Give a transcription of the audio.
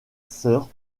sœur